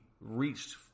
reached